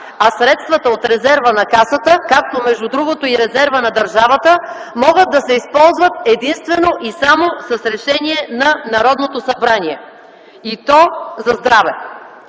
Средствата от резерва на Касата, както между другото и резервът на държавата, могат да се използват единствено и само с решение на Народното събрание, и то за здраве!